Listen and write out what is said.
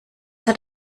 hat